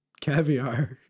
Caviar